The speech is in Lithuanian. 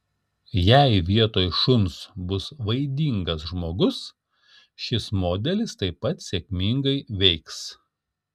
jei vietoj šuns bus vaidingas žmogus šis modelis taip pat sėkmingai veiks